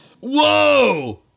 Whoa